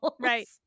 Right